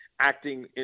acting